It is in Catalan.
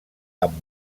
amb